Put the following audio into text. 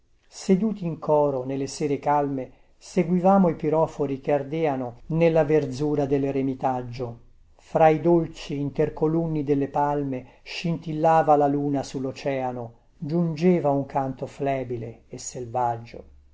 seduti in coro nelle sere calme seguivamo i piròfori che ardeano nella verzura delleremitaggio fra i dolci intercolunni delle palme scintillava la luna sulloceano giungeva un canto flebile e selvaggio